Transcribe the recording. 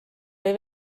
või